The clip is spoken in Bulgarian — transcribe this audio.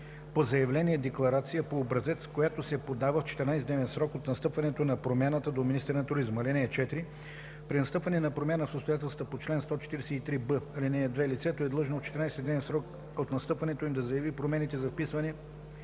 по заявление декларация по образец, която се подава в 14-дневен срок от настъпването на промяната до министъра на туризма. (4) При настъпване на промяна в обстоятелствата по чл. 143б, ал. 2 лицето е длъжно в 14-дневен срок от настъпването им да заяви промените за вписване